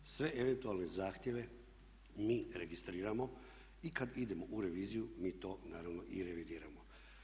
Sve eventualne zahtjeve mi registriramo i kad idemo u reviziju mi to naravno i revidiramo.